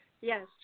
Yes